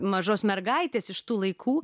mažos mergaitės iš tų laikų